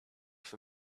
for